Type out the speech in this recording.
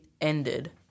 ended